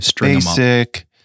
basic